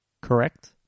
Correct